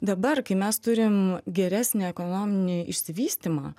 dabar kai mes turim geresnį ekonominį išsivystymą